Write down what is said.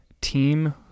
team